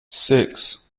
six